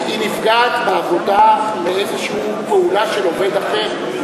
היא נפגעת בעבודה מאיזו פעולה של עובד אחר?